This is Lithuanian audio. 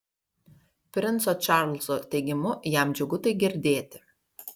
princo čarlzo teigimu jam džiugu tai girdėti